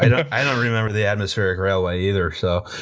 i don't remember the atmospheric railway either, so.